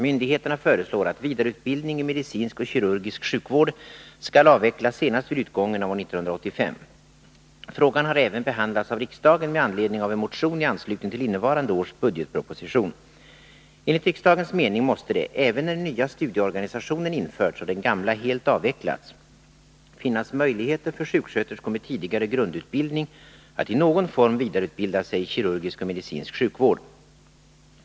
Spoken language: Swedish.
Myndigheterna föreslår att vidareutbildning i medicinsk och kirurgisk sjukvård skall avvecklas senast vid utgången av år 1985. Frågan har även behandlats av riksdagen med anledning av en motion i anslutning till innevarande års budgetproposition. Enligt riksdagens mening måste det, även när den nya studieorganisationen införts och den gamla helt avvecklats, finnas möjligheter för sjuksköterskor med tidigare grundutbildning att i någon form vidareutbilda sig i kirurgisk och medicinsk sjukvård.